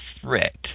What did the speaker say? threat